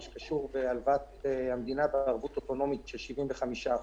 שקשור בהלוואת המדינה בערבות אוטונומית של 75%,